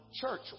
church